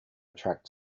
attract